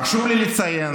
חשוב לי לציין